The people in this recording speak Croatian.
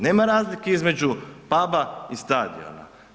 Nema razlike između puba i stadiona.